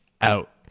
out